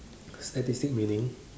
statistic meaning